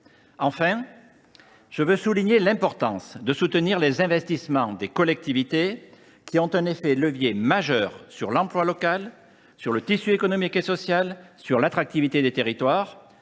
Enfin, je veux souligner l’importance de soutenir les investissements des collectivités, qui ont un effet levier majeur sur l’emploi local, sur le tissu économique et social ou sur l’attractivité des territoires.